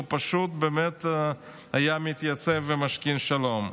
הוא פשוט באמת היה מתייצב ומשכין שלום.